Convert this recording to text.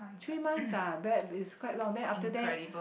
three months ah bad is quite long then after that